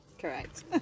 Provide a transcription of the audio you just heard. Correct